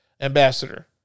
ambassador